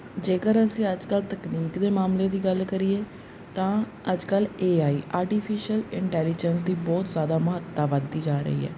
ਜੇਕਰ ਅਸੀਂ ਅੱਜ ਕੱਲ੍ਹ ਤਕਨੀਕ ਦੇ ਮਾਮਲੇ ਦੀ ਗੱਲ ਕਰੀਏ ਤਾਂ ਅੱਜ ਕੱਲ੍ਹ ਏ ਆਈ ਆਰਟੀਫਿਸ਼ਅਲ ਇੰਟੈਲੀਜੈਂਸ ਦੀ ਬਹੁਤ ਜ਼ਿਆਦਾ ਮਹੱਤਤਾ ਵੱਧਦੀ ਜਾ ਰਹੀ ਹੈ